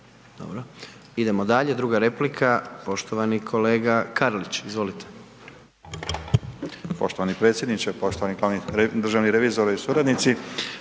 Dobro. Idemo dalje, druga replika poštovani kolega Karlić, izvolite. **Karlić, Mladen (HDZ)** Poštovani predsjedniče, poštovani glavni državni revizore i suradnici,